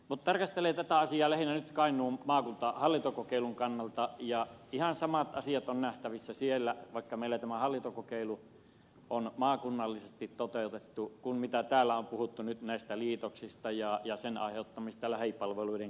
mutta tarkastelen tätä asiaa lähinnä nyt kainuun maakuntahallintokokeilun kannalta ja ihan samat asiat on nähtävissä siellä vaikka meillä tämä hallintokokeilu on maakunnallisesti toteutettu kuin mitä täällä on puhuttu nyt näistä liitoksista ja niiden aiheuttamasta lähipalveluiden katoamisesta